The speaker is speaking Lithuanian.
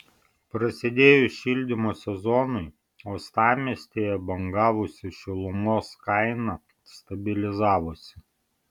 prasidėjus šildymo sezonui uostamiestyje bangavusi šilumos kaina stabilizavosi